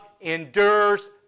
endures